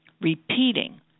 repeating